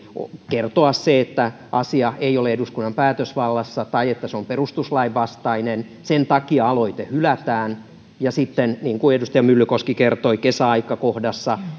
kertoa se että asia ei ole eduskunnan päätösvallassa tai että se on perustuslain vastainen sen takia aloite hylätään ja sitten niin kuin edustaja myllykoski kertoi kesäaikakohdassa